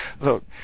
Look